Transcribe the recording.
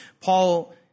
Paul